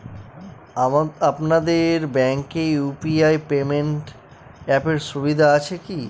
আপনাদের ব্যাঙ্কে UPI payment অ্যাপের সুবিধা আছে কি?